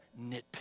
nitpick